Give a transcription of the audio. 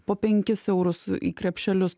po penkis eurus į krepšelius